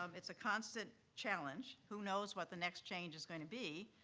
um it's a constant challenge. who knows what the next change is going to be?